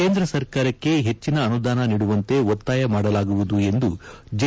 ಕೇಂದ್ರ ಸರ್ಕಾರಕ್ಕೆ ಹೆಚ್ಚಿನ ಅನುದಾನ ನೀಡುವಂತೆ ಒತ್ತಾಯ ಮಾಡಲಾಗುವುದು ಎಂದು ಜೆ